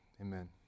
amen